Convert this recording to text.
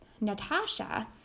Natasha